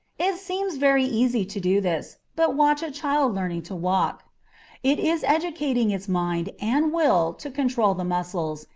it seems very easy to do this, but watch a child learning to walk it is educating its mind and will to control the muscles,